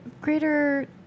greater